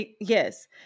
yes